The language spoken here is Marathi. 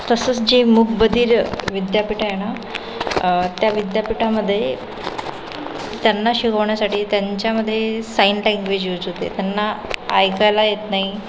तसंच जे मूकबधीर विद्यापीठ आहे ना त्या विद्यापीठामध्ये त्यांना शिकवण्यासाठी त्यांच्यामध्ये साईन लँग्वेज यूज होते त्यांना ऐकायला येत नाही